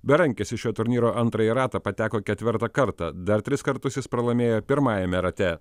berankis į šio turnyro antrąjį ratą pateko ketvirtą kartą dar tris kartus jis pralaimėjo pirmajame rate